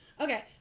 Okay